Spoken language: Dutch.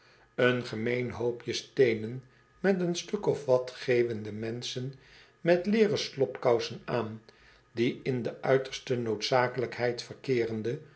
een gemeen hoopje steenen met een stuk of wat geeuwende menschen metleeren slobkousen aan die in de uiterste noodzakelijkheid verkeerende